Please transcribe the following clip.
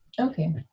Okay